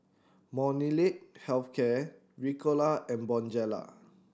Molnylcke Health Care Ricola and Bonjela